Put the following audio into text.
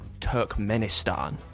Turkmenistan